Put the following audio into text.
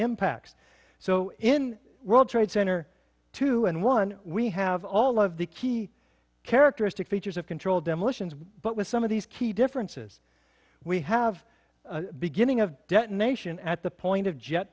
impacts so in world trade center two and one we have all of the key characteristic features of controlled demolitions but with some of these key differences we have beginning of detonation at the point of jet